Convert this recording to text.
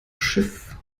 schiff